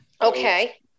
Okay